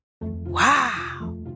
Wow